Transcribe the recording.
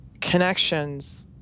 connections